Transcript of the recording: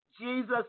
Jesus